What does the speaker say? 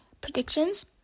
predictions